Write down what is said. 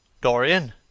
Dorian